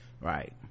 right